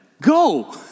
go